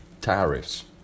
tariffs